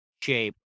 shape